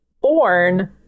born